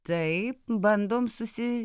taip bandom susi